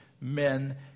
men